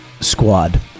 Squad